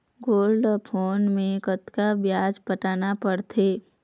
Gold loan मे कतका ब्याज पटाना पड़थे?